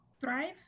thrive